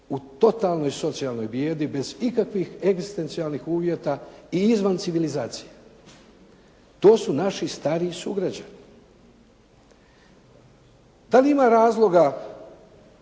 u totalnoj socijalnoj bijedi bez ikakvih egzistencijalnih uvjeta i izvan civilizacije. To su naši stariji sugrađani. Da li ima razloga